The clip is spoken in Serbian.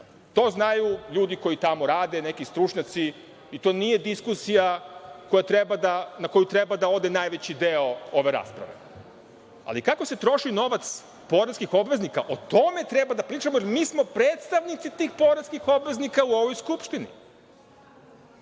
To znaju ljudi koji tamo rade, niti stručnjaci, i to nije diskusija na koju treba da ode najveći deo ove rasprave. Ali, kako se troši novac poreskih obveznika, o tome treba da pričamo, jer mi smo predstavnici tih poreskih obveznika u ovoj Skupštini. Nadam